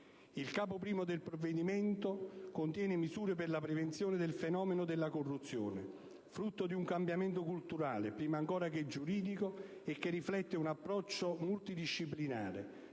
Il Capo I del provvedimento contiene misure per la prevenzione del fenomeno della corruzione, frutto di un cambiamento culturale, prima ancora che giuridico, e che riflette un approccio multidisciplinare,